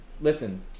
listen